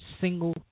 single